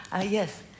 Yes